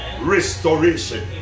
Restoration